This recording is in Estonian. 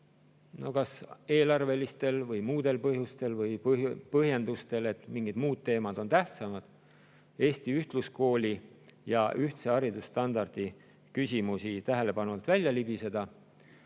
kas eelarvelistel või muudel põhjustel või põhjendustel, et mingid muud teemad on tähtsamad, Eesti ühtluskooli ja ühtse haridusstandardi küsimusi tähelepanu alt välja libiseda.